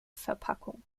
verpackung